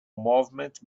movement